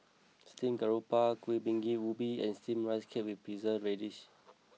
Steamed Garoupa Kuih Bingka Ubi and Steamed Rice Cake with Preserved Radish